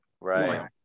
Right